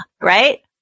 right